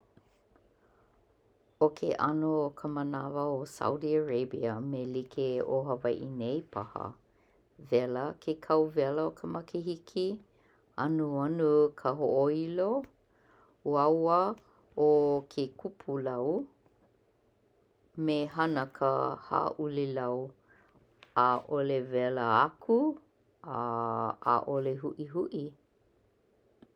ʻO ke ano ka manawa o Saudi Arabia like me Hawaiʻi nei paha. Wela ke kauwela i ka makahiki, anuanu ka hoʻoilo, auaua ke kupulau, me hana ka haʻule lau ʻaʻole wela aku,a ʻaʻole huʻihuʻi